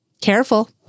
Careful